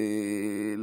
אגב,